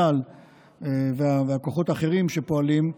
צה"ל והכוחות האחרים שפועלים,